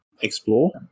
explore